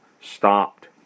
stopped